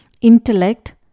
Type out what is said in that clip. Intellect